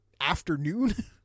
afternoon